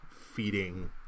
feeding